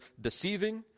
deceiving